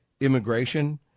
immigration